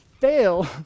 fail